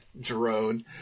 drone